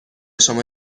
شما